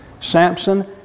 Samson